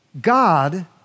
God